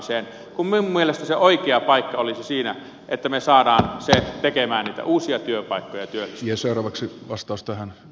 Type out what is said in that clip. minun mielestäni se oikea paikka olisi siinä että me saamme sen tekemään niitä uusia työpaikkoja ja työllistämään